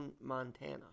Montana